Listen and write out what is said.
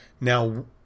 Now